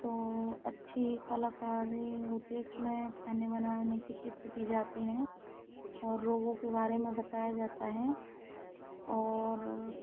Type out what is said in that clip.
तो अच्छी कलाकारी होती है उसमें खाने बनाने की टिप्स दी जाती हैं और रोगों के बारे में बताया जाता है और